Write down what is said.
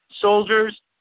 soldiers